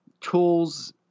tools –